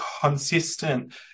consistent